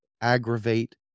aggravate